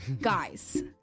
guys